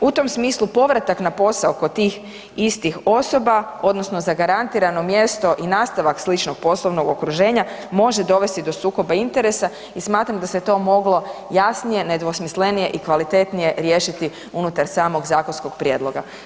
U tom smislu, povratak na posao kod tih istih osoba odnosno zagarantirano mjesto i nastavak sličnog poslovnog okruženja, može dovesti do sukoba interesa i smatram da se to moglo jasnije i nedvosmislenije i kvalitetnije riješiti unutar samog zakonskog prijedloga.